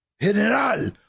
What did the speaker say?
General